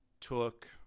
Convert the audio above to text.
took –